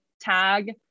tag